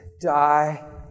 Die